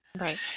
right